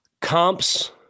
Comps